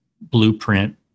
blueprint